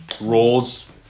roles